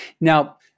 now